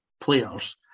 players